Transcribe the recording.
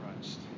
Christ